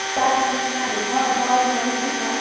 बाटा माछाहरू छ अन्त अरू माछाहरू पनि छ